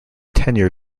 tenure